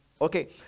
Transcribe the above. okay